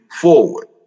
forward